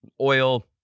oil